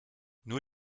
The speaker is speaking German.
nur